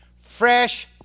fresh